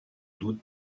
doute